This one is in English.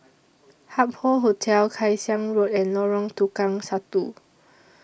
Hup Hotel Kay Siang Road and Lorong Tukang Satu